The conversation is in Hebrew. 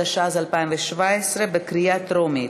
התשע"ז 2017, בקריאה טרומית.